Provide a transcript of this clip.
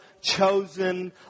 chosen